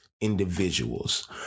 individuals